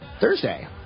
Thursday